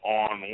on